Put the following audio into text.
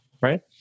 right